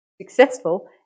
successful